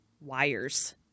wires